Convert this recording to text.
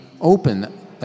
open